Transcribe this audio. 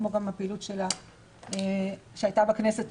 כמו גם הפעילות שהייתה בכנסת,